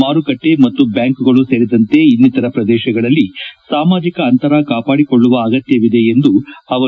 ಮಾರುಕಟ್ಟೆ ಮತ್ತು ಬ್ಯಾಂಕುಗಳು ಸೇರಿದಂತೆ ಇನ್ನಿತರ ಪ್ರದೇಶಗಳಲ್ಲಿ ಸಾಮಾಜಿಕ ಅಂತರ ಕಾಪಾಡಿಕೊಳ್ಳುವ ಅಗತ್ಯವಿದೆ ಎಂದರು